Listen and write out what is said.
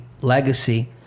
legacy